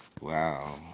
Wow